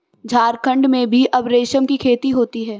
झारखण्ड में भी अब रेशम की खेती होती है